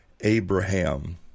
Abraham